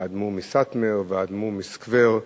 האדמו"ר מסאטמר והאדמו"ר מסקווירא,